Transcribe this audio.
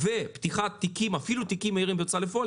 ופתיחת תיקים אפילו תיקים מהירים בהוצאה לפועל,